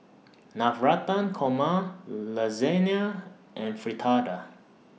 Navratan Korma Lasagna and Fritada